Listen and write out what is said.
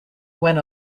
when